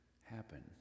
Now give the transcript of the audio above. happen